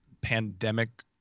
pandemic